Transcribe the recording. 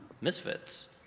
misfits